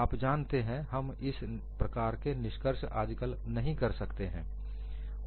आप जानते हैं हम इस प्रकार के निष्कर्ष आजकल नहीं कर सकते हैं